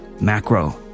macro